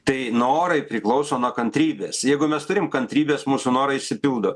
tai norai priklauso nuo kantrybės jeigu mes turim kantrybės mūsų norai išsipildo